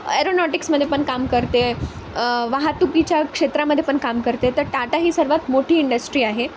एरोनॉटिक्समध्ये पण काम करते वाहतुकीच्या क्षेत्रामध्ये पण काम करते तर टाटा ही सर्वात मोठी इंडस्ट्री आहे